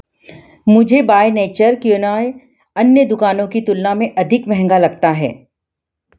मुझे by nature क्विनोय अन्य दुकानों की तुलना में अधिक महँगा लगता है